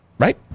Right